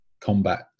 combat